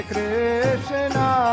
Krishna